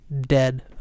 dead